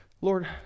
Lord